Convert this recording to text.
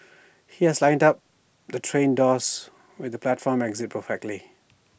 he has lined up the train doors with the platform exit perfectly